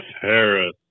Harris